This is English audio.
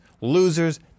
losers